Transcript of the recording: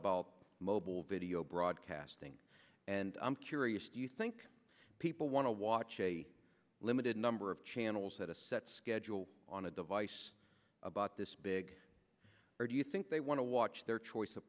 about mobile video broadcasting and i'm curious do you think people want to watch a limited number of channels had a set schedule on a device about this big or do you think they want to watch their choice of